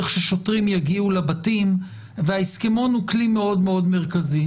ששוטרים יגיעו לבתים וההסכמון הוא כלי מאוד מאוד מרכזי.